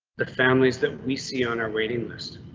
the families that we see on our waiting list.